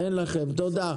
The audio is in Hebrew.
אין לכם תודה.